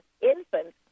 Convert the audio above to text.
infants